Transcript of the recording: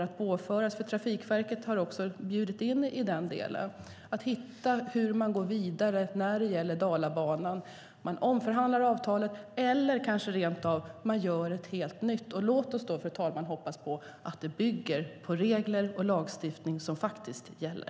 Trafikverket har bjudit in till diskussion om hur man ska gå vidare när det gäller Dalabanan. Man omförhandlar avtalet eller man kanske rentav gör ett helt nytt. Låt oss då, fru talman, hoppas på att det bygger på regler och lagstiftning som faktiskt gäller.